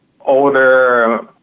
older